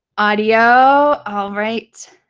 audio. alright.